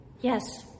Yes